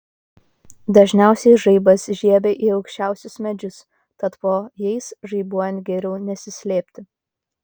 dažniausiai žaibas žiebia į aukščiausius medžius tad po jais žaibuojant geriau nesislėpti